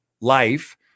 life